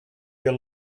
your